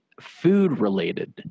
food-related